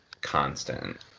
constant